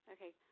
Okay